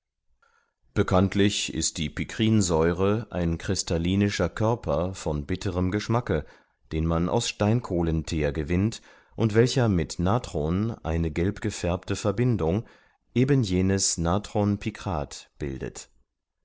bekanntlich ist die pikrinsäure ein kristallinischer körper von bitterem geschmacke den man aus steinkohlentheer gewinnt und welcher mit natron eine gelbgefärbte verbindung eben jenes natron pikrat bildet